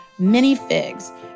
minifigs